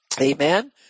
Amen